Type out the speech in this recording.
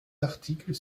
articles